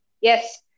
yes